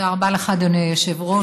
תודה רבה לך, אדוני היושב-ראש.